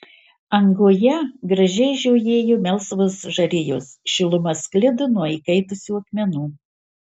angoje gražiai žiojėjo melsvos žarijos šiluma sklido nuo įkaitusių akmenų